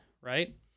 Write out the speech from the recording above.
right